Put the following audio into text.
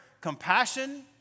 compassion